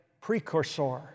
precursor